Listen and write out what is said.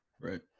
right